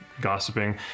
gossiping